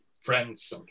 friends